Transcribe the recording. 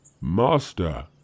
Master